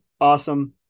awesome